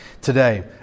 today